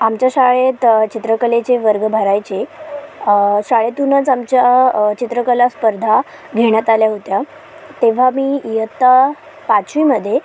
आमच्या शाळेत चित्रकलेचे वर्ग भरायचे शाळेतूनच आमच्या चित्रकला स्पर्धा घेण्यात आल्या होत्या तेव्हा मी इयत्ता पाचवीमध्ये